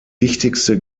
wichtigste